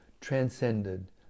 transcended